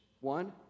one